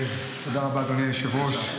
תודה רבה, אדוני היושב-ראש.